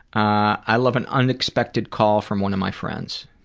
i love an unexpected call from one of my friends.